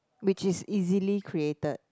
which is easily created